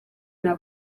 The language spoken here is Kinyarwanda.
nta